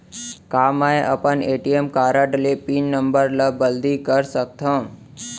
का मैं अपन ए.टी.एम कारड के पिन नम्बर ल बदली कर सकथव?